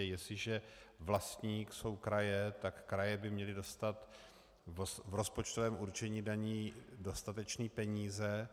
Jestliže vlastník jsou kraje, tak kraje by měly dostat v rozpočtovém určení daní dostatečné peníze.